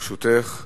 (העלאת גיל המושגח),